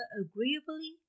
agreeably